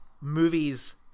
movies